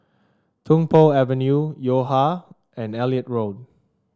Tung Po Avenue Yo Ha and Elliot Road